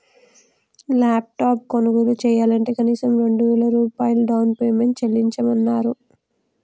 laptop కొనుగోలు చెయ్యాలంటే కనీసం రెండు వేల రూపాయలు డౌన్ పేమెంట్ చెల్లించమన్నరు